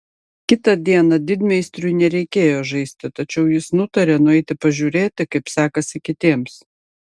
kitą dieną didmeistriui nereikėjo žaisti tačiau jis nutarė nueiti pažiūrėti kaip sekasi kitiems